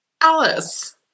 Alice